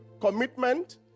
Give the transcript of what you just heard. commitment